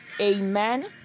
Amen